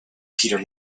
peter